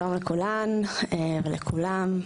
שלום לכולן ולכולם,